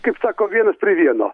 kaip sako vienas prie vieno